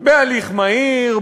בהליך מהיר,